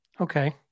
okay